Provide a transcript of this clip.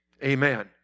Amen